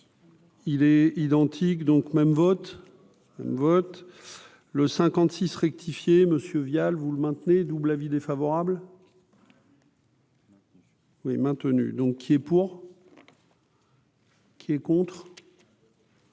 il est identique, donc même votre vote le 56 rectifié Monsieur Vial vous le maintenez double avis défavorable. Oui, maintenu donc qui est pour. Qui est contre.